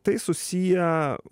tai susiję